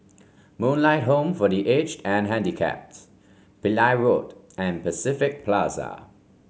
Moonlight Home for The Aged and Handicapped Pillai Road and Pacific Plaza